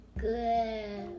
good